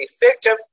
effective